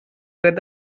dret